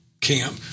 camp